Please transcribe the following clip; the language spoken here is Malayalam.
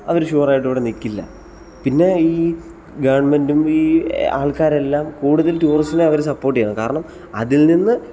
അവർ ഷുവർ ആയിട്ട് ഇവിടെ നിൽക്കില്ല പിന്നെ ഈ ഗവണ്മെൻറ്റും ഈ ആൾക്കാരെല്ലാം കൂടുതൽ ടൂറിസ്റ്റിനെ അവർ സപ്പോർട്ട് ചെയ്യണം കാരണം അതിൽ നിന്ന്